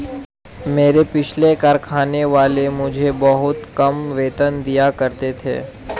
मेरे पिछले कारखाने वाले मुझे बहुत कम वेतन दिया करते थे